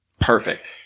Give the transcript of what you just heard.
perfect